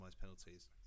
penalties